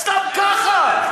סתם ככה.